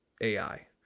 AI